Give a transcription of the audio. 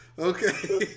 Okay